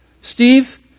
Steve